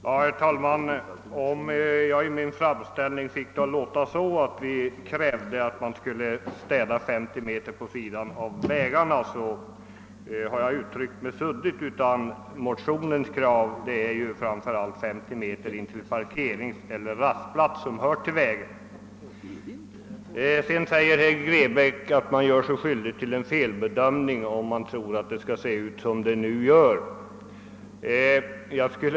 Herr talman! Om min framställning gav det intrycket att motionärerna kräver att en 50 meter bred remsa längs vägarna skall städas, har jag uttryckt mig suddigt. Motionens krav innebär ju framför allt att området 50 meter omkring parkeringseller rastplats, som hör till vägen, skall hållas rent. Herr Grebäck säger vidare att man gör sig skyldig till en felbedömning, om man tror att det i framtiden kommer att se ut som det nu gör längs vägarna.